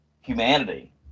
humanity